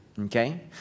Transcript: okay